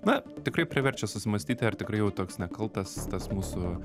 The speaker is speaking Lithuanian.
na tikrai priverčia susimąstyti ar tikrai jau toks nekaltas tas mūsų